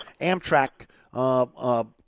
Amtrak